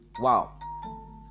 Wow